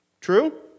True